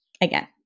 again